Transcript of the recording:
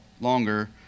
longer